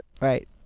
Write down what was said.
right